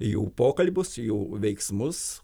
jų pokalbius jų veiksmus